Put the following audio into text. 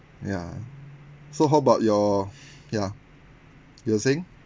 ya so how about your ya you were saying